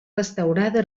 restaurada